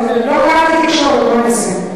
לא קראתי תקשורת, מה אני אעשה.